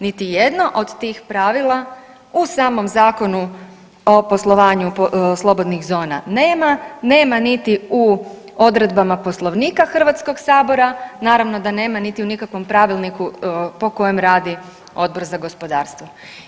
Niti jedno od tih pravila u samom Zakonu o poslovanju slobodnih zona nema, nema niti u odredbama Poslovnika Hrvatskog sabora, naravno da nema niti u nikakvom pravilniku po kojem radi Odbor za gospodarstvo.